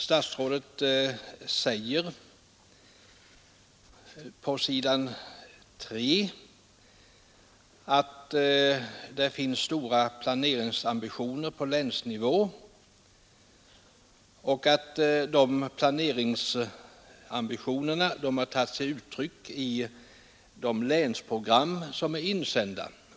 Statsrådet säger på s. 3 att det finns stora planeringsambitioner på länsnivå och att dessa planeringsambitioner har tagit sig uttryck i de länsprogram som är insända.